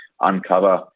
uncover